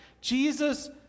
Jesus